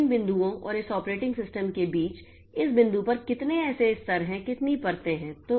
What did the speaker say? और इन बिंदुओं और इस ऑपरेटिंग सिस्टम के बीच इस बिंदु पर कितने ऐसे स्तर हैं कितनी परतें हैं